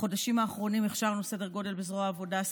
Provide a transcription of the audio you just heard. בחודשים האחרונים הכשרנו בזרוע העבודה טכנאים כאלה,